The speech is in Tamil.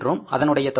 அதனுடைய தொகை என்ன